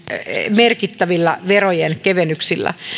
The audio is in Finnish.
merkittävillä verojen kevennyksillä